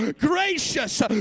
gracious